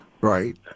Right